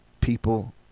people